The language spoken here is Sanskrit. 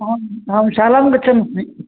आम् अहं शालां गच्छन्न अस्मि